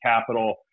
Capital